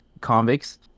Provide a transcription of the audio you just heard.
convicts